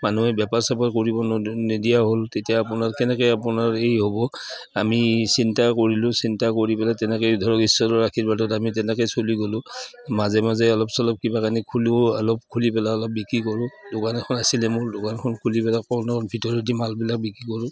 মানুহে বেপাৰ চেপাৰ কৰিব নিদিয়া হ'ল তেতিয়া আপোনাৰ কেনেকে আপোনাৰ এই হ'ব আমি চিন্তা কৰিলোঁ চিন্তা কৰি পেলাই তেনেকে ধৰক ঈশ্বৰৰ আশীৰ্বাদত আমি তেনেকে চলি গ'লো মাজে মাজে অলপ চলপ কিবা অলপ খুলি পেলাই অলপ বিক্ৰী কৰোঁ দোকান এখন আছিলে মোৰ দোকানখন খুলি পেলাই ভিতৰেদি মালবিলাক বিক্ৰী কৰোঁ